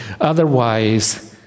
otherwise